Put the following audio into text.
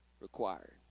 required